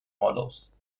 models